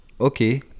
Okay